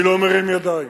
אני לא מרים ידיים,